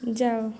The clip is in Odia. ଯାଅ